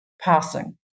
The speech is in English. passing